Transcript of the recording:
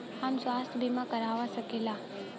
हम स्वास्थ्य बीमा करवा सकी ला?